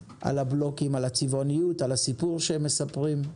הבלוקים, על הצבעוניות, על הסיפור שהם מספרים.